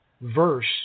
verse